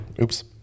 Oops